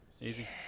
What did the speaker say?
Easy